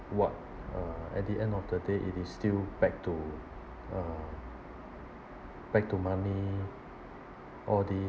what uh at the end of the day it is still back to uh back to money all these